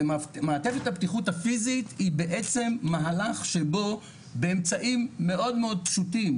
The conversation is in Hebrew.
מעטפת הבטיחות הפיזית היא בעצם מהלך שבו באמצעים מאוד מאוד פשוטים